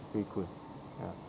pretty cool ya